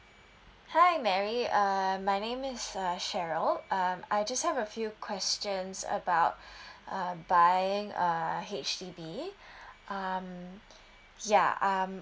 hi mary uh my name is uh cheryl um I just have a few questions about uh buying a H_D_B um ya um